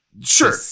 sure